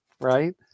right